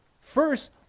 first